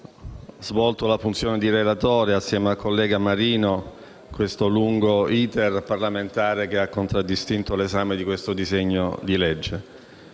svolto la funzione di relatore insieme al collega Luigi Marino durante il lungo *iter* parlamentare che ha contraddistinto l'esame del disegno di legge